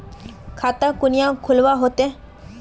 खाता कुनियाँ खोलवा होते?